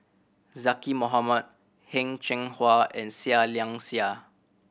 Zaqy Mohamad Heng Cheng Hwa and Seah Liang Seah